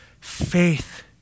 Faith